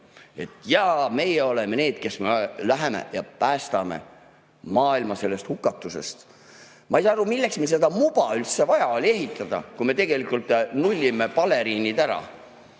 Et jaa, meie oleme need, kes me läheme ja päästame maailma sellest hukatusest. Ma ei saa aru, milleks meil see MUBA üldse oli vaja ehitada, kui me tegelikult nullime baleriinid ära.